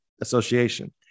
association